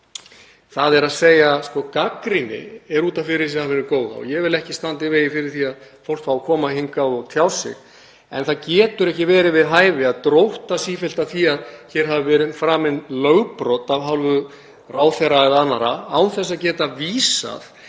í dag. Gagnrýni er út af fyrir sig góð og ég vil ekki standa í vegi fyrir því að fólk fái að koma hingað og tjá sig. En það getur ekki verið við hæfi að drótta sífellt að því að hér hafa verið framin lögbrot af hálfu ráðherra eða annarra án þess að geta vísað